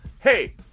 Hey